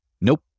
nope